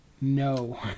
No